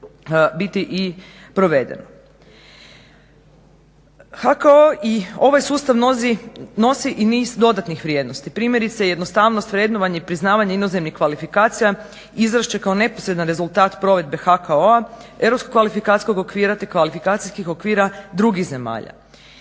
HKO i ovaj sustav nosi i niz dodatnih vrijednosti. Primjerice jednostavnost, vrednovanje i priznavanje inozemnih kvalifikacija izvest će kao neposredan rezultat provedbe HKO-a europskog kvalifikacijskog okvira te kvalifikacijskih okvira drugih zemalja.